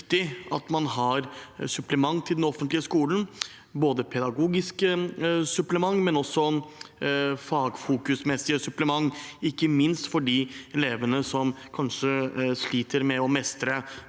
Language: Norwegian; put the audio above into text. at man har et supplement til den offentlige skolen, både pedagogiske og fagfokusmessige supplementer, ikke minst for de elevene som kanskje sliter med å mestre